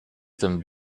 dem